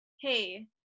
hey